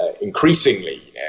increasingly